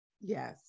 yes